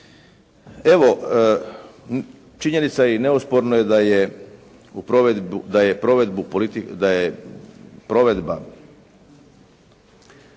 Evo činjenica je i neosporno je da je provedba